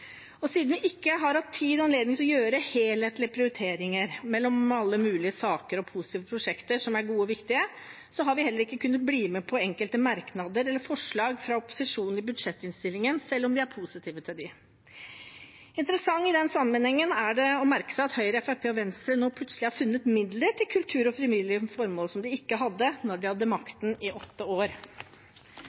Siden vi ikke har hatt tid og anledning til å gjøre helhetlige prioriteringer mellom alle mulige saker og positive prosjekter som er gode og viktige, har vi heller ikke kunnet bli med på enkelte merknader eller forslag fra opposisjonen i budsjettinnstillingen, selv om vi er positive til dem. Interessant i den sammenhengen er det å merke seg at Høyre, Fremskrittspartiet og Venstre nå plutselig har funnet midler til formål innen kultur og frivillighet – midler de ikke hadde da de hadde makten i åtte år.